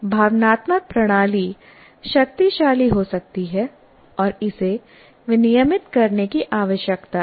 भावनात्मक प्रणाली शक्तिशाली हो सकती है और इसे विनियमित करने की आवश्यकता है